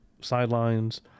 sidelines